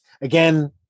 Again